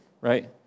right